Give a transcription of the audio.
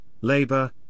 labor